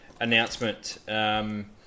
announcement